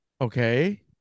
Okay